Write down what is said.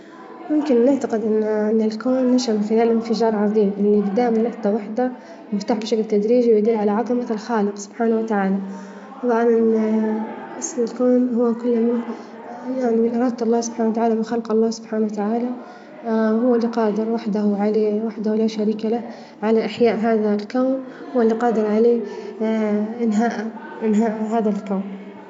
ممكن نعتقد أن إن الكون نشأ من خلال مفجر عظيم، إللي بدأ من نقطة وحده مفتاح بشكل تدريجي، ويدل على عظمة الخالق، أصلا أن اسم الكون هو كله من إرادة الله سبحانه وتعالى، وخلق الله سبحانه وتعالى هو إللي قادر وحده وحده لا شريك له على إحياء هذا الكون، هو إللي قادر عليه إنهاءه، إنهاء هذا الكون.